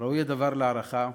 ראויה להערכה,